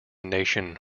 nation